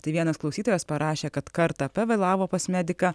tai vienas klausytojas parašė kad kartą pavėlavo pas mediką